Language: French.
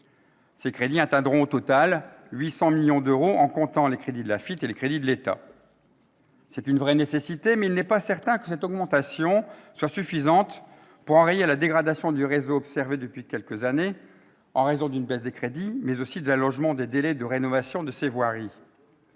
Ces crédits atteindront au total 800 millions d'euros, en comptant les crédits de l'AFITF et ceux de l'État. C'est une vraie nécessité, mais il n'est pas certain que cette augmentation soit suffisante pour enrayer la dégradation du réseau observée depuis quelques années en raison d'une baisse des crédits, mais aussi de l'allongement des délais de rénovation des voiries.